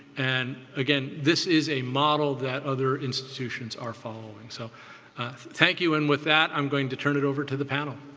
and again, this is a model that other institutions are following. so thank you and with that i'm going to turn it over to the panel.